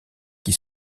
qui